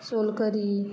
सोल करी